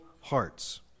hearts